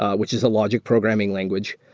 ah which is a logic programming language.